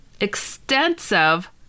extensive